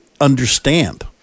understand